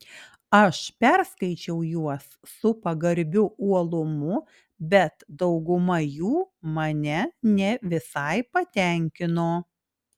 aš perskaičiau juos su pagarbiu uolumu bet dauguma jų mane ne visai patenkino